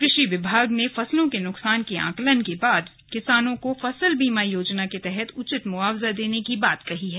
कृषि विभाग ने फसलों के नुकसान के आकलन के बाद किसानों को फसल बीमा योजना के तहत उचित मुआवजा देने की बात कही है